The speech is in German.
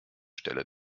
stelle